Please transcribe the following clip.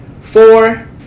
four